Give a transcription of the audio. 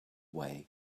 way